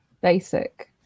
basic